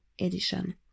edition